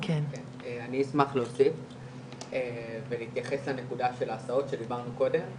אני אשמח להוסיף ולהתייחס לנקודה של ההסעות שדיברנו קודם.